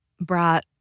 brought